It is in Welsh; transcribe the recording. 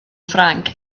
ffrainc